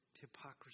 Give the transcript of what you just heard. hypocrisy